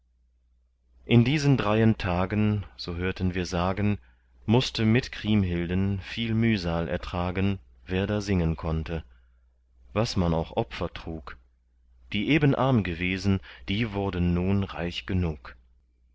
in diesen dreien tagen so hörten wir sagen mußte mit kriemhilden viel mühsal ertragen wer da singen konnte was man auch opfer trug die eben arm gewesen die wurden nun reich genug